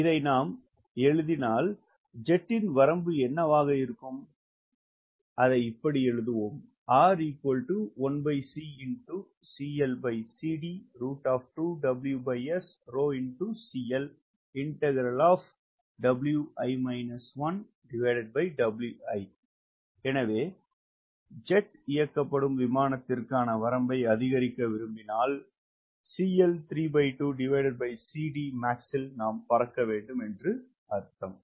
இதை நாம் எழுதினால் ஜெட் இன் வரம்பு என்னவாக இருக்கும் எனவே ஜெட் இயக்கப்படும் விமானத்திற்கான வரம்பை அதிகரிக்க விரும்பினால் max இல் பறக்க வேண்டும் என்று அர்த்தம்